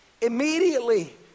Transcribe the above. Immediately